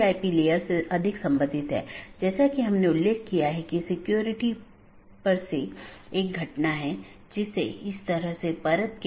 आज हम BGP पर चर्चा करेंगे